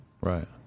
Right